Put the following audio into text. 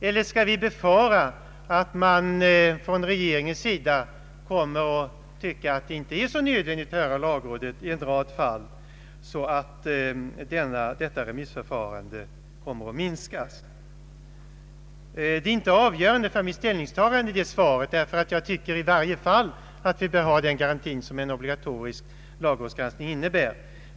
Eller skall vi befara att man från regeringens sida kommer att tycka att det inte är så nödvändigt att höra lagrådet i en rad fall och att användningen av detta remissförfarande kommer att minskas. Svaret på den frågan är inte avgörande för mitt ställningstagande, eftersom jag anser att vi i varje fall bör ha den garanti som en obligatorisk lagrådsgranskning innebär.